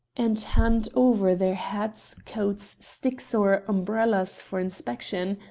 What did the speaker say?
and hand over their hats, coats, sticks, or umbrellas for inspection.